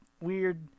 weird